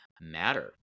matter